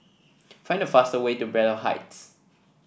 find the fastest way to Braddell Heights